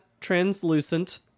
translucent